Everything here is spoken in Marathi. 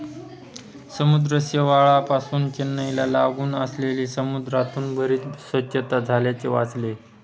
समुद्र शेवाळापासुन चेन्नईला लागून असलेल्या समुद्रात बरीच स्वच्छता झाल्याचे वाचले